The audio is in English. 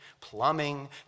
plumbing